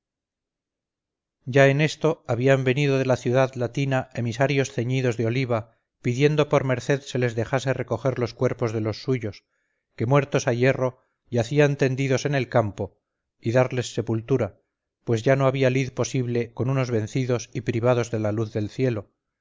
ya en esto habían venido de la ciudad latina emisarios ceñidos de oliva pidiendo por merced se les dejase recoger los cuerpos de los suyos que muertos a hierro yacían tendidos en el campo y darles sepultura pues ya no había lid posible con unos vencidos y privados de la luz del cielo